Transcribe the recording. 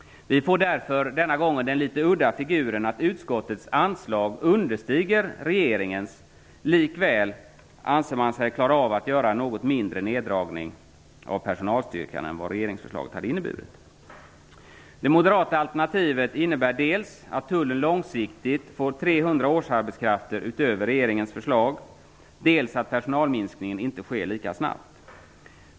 Vi får därför den litet udda figuren att utskottets anslag understiger regeringens. Likväl anser man sig klara att göra en något mindre neddragning av personalstyrkan än vad regeringsförslaget hade inneburit. Det moderata alternativet innebär dels att Tullen långsiktigt får 300 årsarbetskrafter utöver regeringens förslag, dels att personalminskningen inte sker lika snabbt.